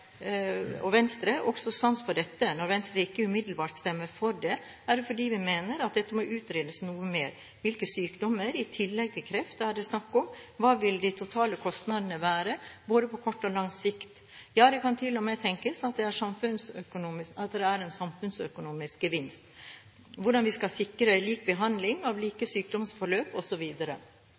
Venstre også sans for dette. Når Venstre ikke umiddelbart stemmer for det, er det fordi vi mener at dette må utredes noe mer; hvilke sykdommer i tillegg til kreft det er snakk om, hva de totale kostnadene vil være på både kort og lang sikt – ja, det kan til og med tenkes at det er samfunnsøkonomiske gevinster – og hvordan vi skal sikre lik behandling av like sykdomsforløp